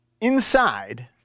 Inside